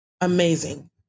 amazing